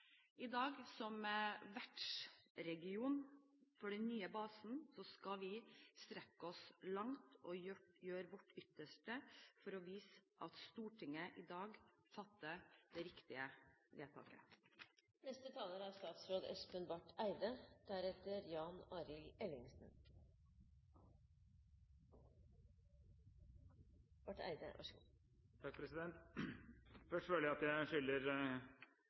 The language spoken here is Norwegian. i dag. Som vertsregion for den nye basen skal vi strekke oss langt og gjøre vårt ytterste for å vise at Stortinget i dag har fattet det riktige vedtaket. Først føler jeg at jeg skylder